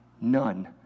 none